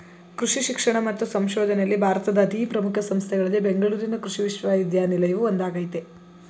ಕೃಷಿ ಶಿಕ್ಷಣ ಮತ್ತು ಸಂಶೋಧನೆಯಲ್ಲಿ ಭಾರತದ ಅತೀ ಪ್ರಮುಖ ಸಂಸ್ಥೆಗಳಲ್ಲಿ ಬೆಂಗಳೂರಿನ ಕೃಷಿ ವಿಶ್ವವಿದ್ಯಾನಿಲಯವು ಒಂದಾಗಯ್ತೆ